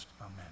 Amen